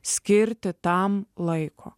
skirti tam laiko